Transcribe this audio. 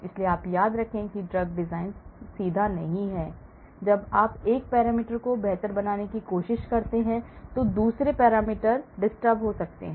इसलिए याद रखें कि ड्रग डिज़ाइन सीधा नहीं है जब आप एक पैरामीटर को बेहतर बनाने की कोशिश करते हैं तो अन्य पैरामीटर परेशान हो सकते हैं